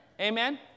Amen